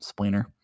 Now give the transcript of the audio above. Spleener